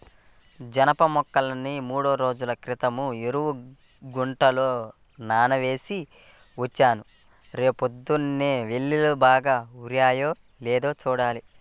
జనప మొక్కల్ని మూడ్రోజుల క్రితం చెరువు గుంటలో నానేసి వచ్చాను, రేపొద్దన్నే యెల్లి బాగా ఊరాయో లేదో చూడాలి